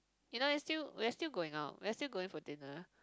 you know is still we are still going out we are still going for dinner